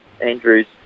Andrew's